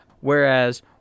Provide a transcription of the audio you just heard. whereas